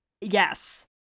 yes